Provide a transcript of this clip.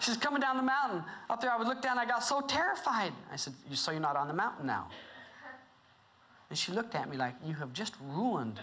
she's coming down the mountain up there i would look down i got so terrified i said you so you're not on the mountain now and she looked at me like you have just ruined